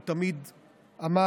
הוא תמיד אמר,